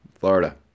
Florida